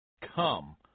Come